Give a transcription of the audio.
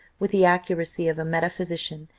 with the accuracy of a metaphysician,